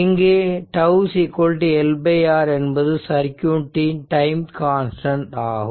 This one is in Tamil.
இங்கு τ L R என்பது சர்க்யூட் ன் டைம் கான்ஸ்டன்ட் ஆகும்